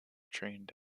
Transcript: trained